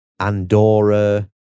Andorra